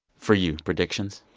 for you predictions?